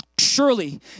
Surely